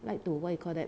like to what you call that